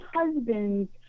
husband's